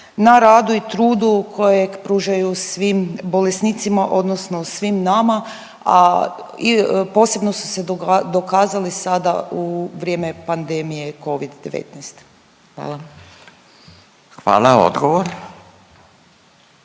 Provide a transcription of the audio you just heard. na radu i trudu kojeg pružaju svim bolesnicima odnosno svim nama, a posebno su se dokazali sada u vrijeme pandemije Covid 19. Hvala. **Radin,